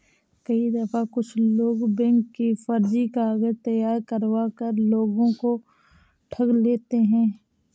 कई दफा कुछ लोग बैंक के फर्जी कागज तैयार करवा कर लोगों को ठग लेते हैं